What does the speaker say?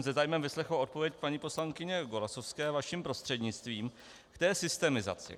Se zájmem jsem vyslechl odpověď paní poslankyně Golasowské vaším prostřednictvím k té systemizaci.